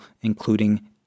including